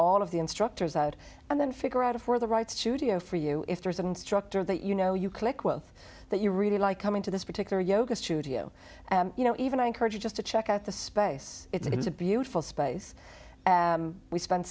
all of the instructors out and then figure out a for the right studio for you if there's an instructor that you know you click with that you really like coming to this particular yoga studio you know even i encourage you just to check out the space it's a beautiful space we spen